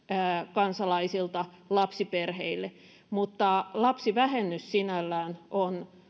kansalaisilta lapsiperheille mutta lapsivähennys sinällään on